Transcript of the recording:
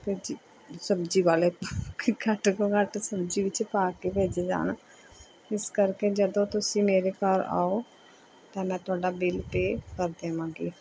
ਅਤੇ ਜੀ ਸਬਜ਼ੀ ਵਾਲੇ ਕਿ ਘੱਟ ਤੋਂ ਘੱਟ ਸਬਜ਼ੀ ਵਿੱਚ ਪਾ ਕੇ ਭੇਜੇ ਜਾਣ ਇਸ ਕਰਕੇ ਜਦੋਂ ਤੁਸੀਂ ਮੇਰੇ ਘਰ ਆਓ ਤਾਂ ਮੈਂ ਤੁਹਾਡਾ ਬਿੱਲ ਪੇਅ ਕਰ ਦੇਵਾਂਗੀ